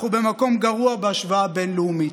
אנחנו במקום גרוע בהשוואה בין-לאומית: